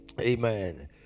amen